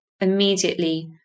immediately